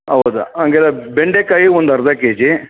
ಹೌದ ಹಂಗಿದ್ರೆ ಬೆಂಡೆಕಾಯಿ ಒಂದು ಅರ್ಧ ಕೆಜಿ